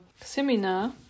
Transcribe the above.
seminar